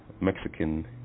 mexican